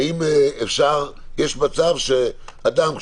האם יש מצב שאדם,